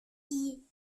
die